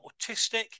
autistic